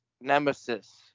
nemesis